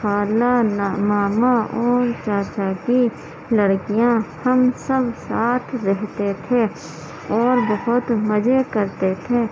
خالہ ماما اور چاچا کی لڑکیاں ہم سب ساتھ رہتے تھے اور بہت مزے کرتے تھے